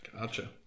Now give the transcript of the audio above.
Gotcha